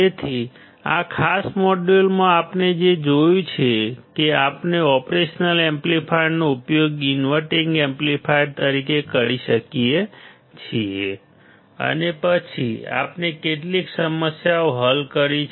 તેથી આ ખાસ મોડ્યુલમાં આપણે જે જોયું છે કે આપણે ઓપરેશન એમ્પ્લીફાયરનો ઉપયોગ ઇન્વર્ટીંગ એમ્પ્લીફાયર તરીકે કરી શકીએ છીએ અને પછી આપણે કેટલીક સમસ્યાઓ હલ કરી છે